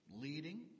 leading